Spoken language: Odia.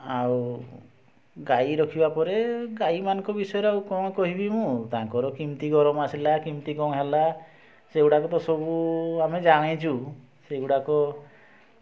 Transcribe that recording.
ଆଉ ଗାଈ ରଖିବା ପରେ ଗାଈ ମାନଙ୍କ ବିଷୟରେ ଆଉ କ'ଣ କହିବି ମୁଁ ତାଙ୍କର କେମିତି ଗରମ ଆସିଲା କେମିତି କ'ଣ ହେଲା ସେଗୁଡ଼ାକ ତ ସବୁ ଆମେ ଜାଣିଛୁ ସେଇଗୁଡ଼ାକ